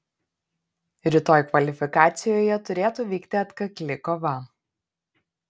rytoj kvalifikacijoje turėtų vykti atkakli kova